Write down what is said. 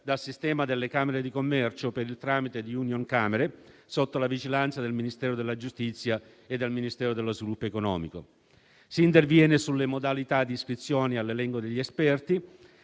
dal sistema delle camere di commercio, per il tramite di Unioncamere, sotto la vigilanza del Ministero della giustizia e del Ministero dello sviluppo economico, si interviene sulle modalità di iscrizione all'elenco degli esperti